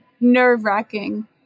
nerve-wracking